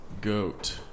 goat